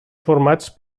formats